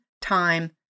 time